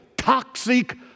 Toxic